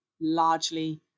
largely